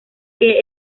que